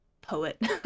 poet